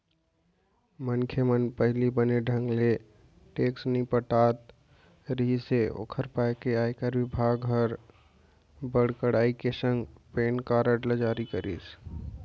मनखे मन पहिली बने ढंग ले टेक्स नइ पटात रिहिस हे ओकर पाय के आयकर बिभाग हर बड़ कड़ाई के संग पेन कारड ल जारी करिस